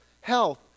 health